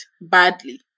badly